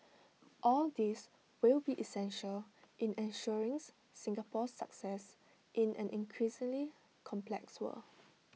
all these will be essential in ensuring Singapore's success in an increasingly complex world